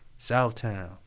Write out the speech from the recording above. Southtown